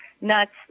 nuts